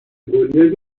گلیه